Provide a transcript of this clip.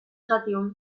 sativum